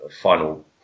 final